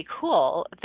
cool